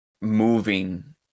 moving